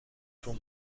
تون